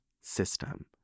system